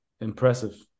impressive